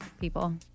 people